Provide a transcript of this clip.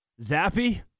Zappy